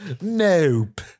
Nope